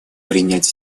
принять